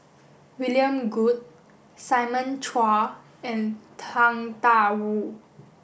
William Goode Simon Chua and Tang Da Wu